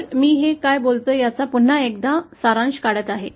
तर मी हे काय बोलतोय याचा पुन्हा एकदा सारांश काढत आहे